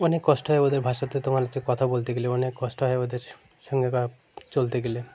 অনেক কষ্ট হয় ওদের ভাষাতে তোমার হচ্ছে কথা বলতে গেলে অনেক কষ্ট হয় ওদের সঙ্গে চলতে গেলে